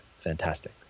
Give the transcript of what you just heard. fantastic